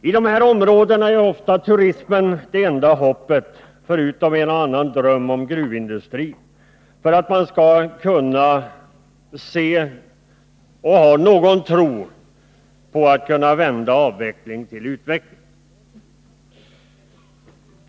I dessa områden är ofta turismen det enda hoppet — förutom en och annan dröm om gruvindustri — för att man skall kunna vända avveckling till utveckling.